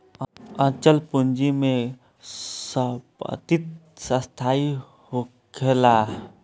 अचल पूंजी में संपत्ति स्थाई होखेला